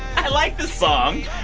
i like this song.